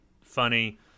funny